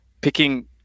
picking